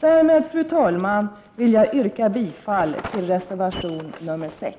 Därmed, fru talman, vill jag yrka bifall till reservation 6.